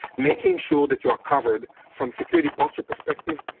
making sure that you are covered from security posture perspective,